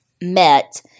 met